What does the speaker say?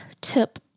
tip